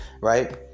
right